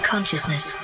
Consciousness